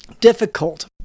difficult